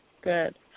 Good